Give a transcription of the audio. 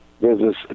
business